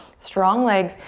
strong legs.